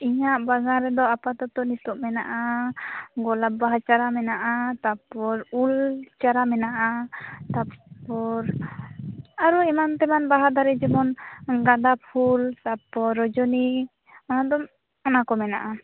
ᱤᱧᱟᱹᱜ ᱵᱟᱜᱟᱱ ᱨᱮᱫᱚ ᱟᱯᱟᱛᱚᱛᱚ ᱱᱤᱛᱳᱜ ᱢᱮᱱᱟᱜᱼᱟ ᱜᱳᱞᱟᱯ ᱵᱟᱦᱟ ᱪᱟᱨᱟ ᱢᱮᱱᱟᱜᱼᱟ ᱛᱟᱯᱚᱨ ᱩᱞ ᱪᱟᱨᱟ ᱢᱮᱱᱟᱜᱼᱟ ᱛᱟᱯᱚᱨ ᱟᱨᱚ ᱮᱢᱟᱱ ᱛᱮᱢᱟᱱ ᱵᱟᱦᱟ ᱫᱟᱨᱮ ᱡᱮᱢᱚᱱ ᱜᱟᱸᱫᱟ ᱯᱷᱩᱞ ᱛᱟᱯᱚᱨ ᱨᱚᱡᱚᱱᱤ ᱵᱟᱵᱟᱫ ᱚᱱᱟ ᱠᱚ ᱢᱮᱱᱟᱜᱼᱟ